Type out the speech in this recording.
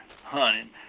hunting